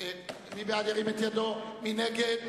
מי נגד?